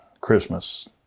Christmas